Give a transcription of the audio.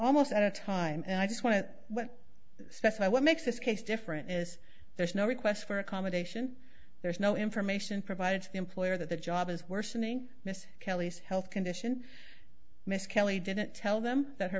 almost out of time and i just want to specify what makes this case different is there's no request for accommodation there's no information provided to the employer that the job is worsening miss kelly's health condition miss kelly didn't tell them that her